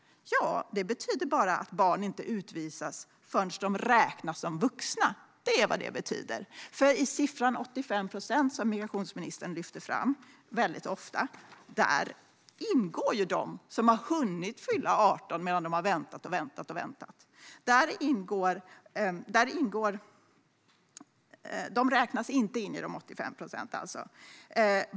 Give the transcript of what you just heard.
Det betyder bara att barn inte utvisas förrän de räknas som vuxna. I siffran 85 procent, som migrationsministern väldigt ofta lyfter fram, ingår inte de som har hunnit fylla 18 medan de har väntat och väntat och väntat.